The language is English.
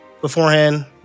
Beforehand